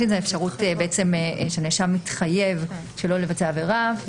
זאת האפשרות שנאשם מתחייב שלא לבצע עבירה.